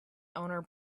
owner